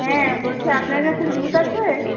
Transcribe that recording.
হ্যাঁ বলছি আপনার কাছে দুধ আছে